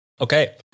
Okay